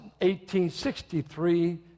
1863